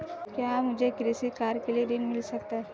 क्या मुझे कृषि कार्य के लिए ऋण मिल सकता है?